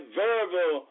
verbal